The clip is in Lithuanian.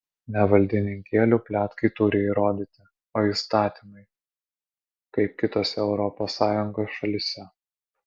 ne valdininkėlių pletkai turi įrodyti o įstatymai kaip kitose europos sąjungos šalyse